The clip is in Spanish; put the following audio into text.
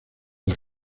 las